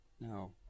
No